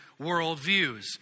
worldviews